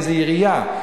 איזו עירייה,